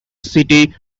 city